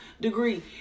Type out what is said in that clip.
degree